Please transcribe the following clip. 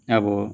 अब